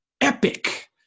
epic